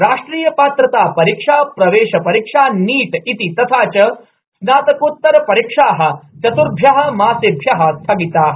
राष्ट्रिय पात्रतापरीक्षा प्रवेश परीक्षा नीट इति तथा च स्नातकोत्तर परीक्षाः चतुभ्र्यः मासेभ्यः स्थगिताः